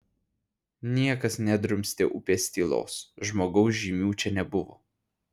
niekas nedrumstė upės tylos žmogaus žymių čia nebuvo